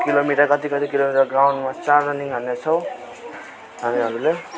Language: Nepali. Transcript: किलो मिटर कति कति किलो मिटर ग्राउन्डमा चार रनिङ हान्नेछौँ हामीहरूले